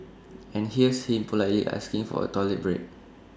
and here's him politely asking for A toilet break